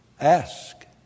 Ask